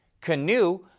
Canoe